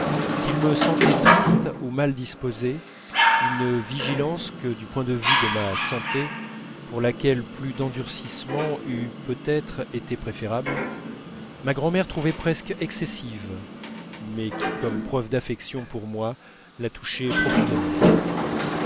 s'il me sentait triste ou mal disposé une vigilance que du point de vue de ma santé pour laquelle plus d'endurcissement eût peut-être été préférable ma grand'mère trouvait presque excessive mais qui comme preuve d'affection pour moi la touchait profondément